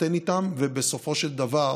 יתחתן איתם, ובסופו של דבר